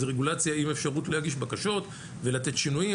זו רגולציה עם אפשרות להגיש בקשות ולתת שינויים,